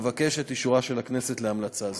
אבקש את אישורה של הכנסת להמלצה זאת.